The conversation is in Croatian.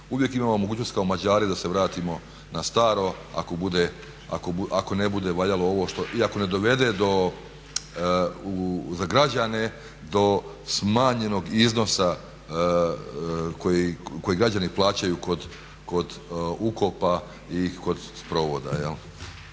Uvijek imamo mogućnost kao Mađari da se vratimo na staro, ako ne bude valjalo ovo što, i ako ne dovede za građane do smanjenog iznosa koji građani plaćaju kod ukopa i kod sprovoda